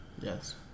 yes